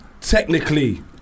Technically